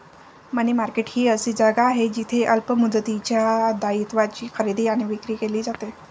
मनी market ही अशी जागा आहे जिथे अल्प मुदतीच्या दायित्वांची खरेदी आणि विक्री केली जाते